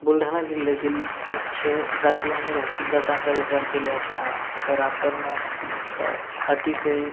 बुलढाणा जिल्ह्यातील मुख्य जाती आणि भाषिक गटांचा विचार केले असता जर आपण अतिशय